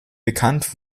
bekannt